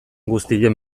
guztien